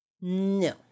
No